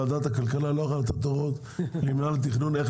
ועדת הכלכלה לא יכולה לתת למינהל התכנון הוראות